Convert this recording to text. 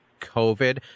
COVID